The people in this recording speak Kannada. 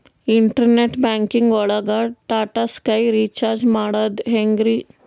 ಇಂಟರ್ನೆಟ್ ಬ್ಯಾಂಕಿಂಗ್ ಒಳಗ್ ಟಾಟಾ ಸ್ಕೈ ರೀಚಾರ್ಜ್ ಮಾಡದ್ ಹೆಂಗ್ರೀ?